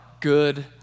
good